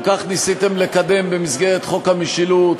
כך ניסיתם לקדם במסגרת חוק המשילות,